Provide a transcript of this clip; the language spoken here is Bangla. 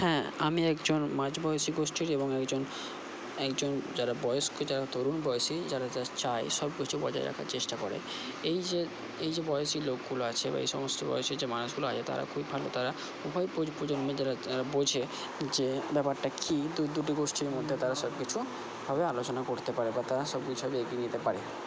হ্যাঁ আমি একজন মাঝবয়সী গোষ্ঠীর এবং একজন একজন যারা বয়স্ক যারা তরুণ বয়সী যারা যা চায় সবকিছু বজায় রাখার চেষ্টা করে এই যে এই যে বয়সী লোকগুলো আছে বা এই সমস্ত বয়সের যে মানুষগুলো আছে তারা খুবই ভালো তারা উভয় প্রজন্মে যারা বোঝে যে ব্যাপারটা কী দুই দুটো গোষ্ঠীর মধ্যে তারা সবকিছুভাবে আলোচনা করতে পারে বা তারা সবকিছুভাবে এগিয়ে নিয়ে যেতে পারে